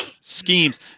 schemes